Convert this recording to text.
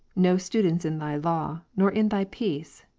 no students in thy law, nor in thy peace,